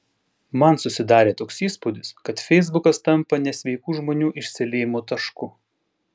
man susidarė toks įspūdis kad feisbukas tampa nesveikų žmonių išsiliejimo tašku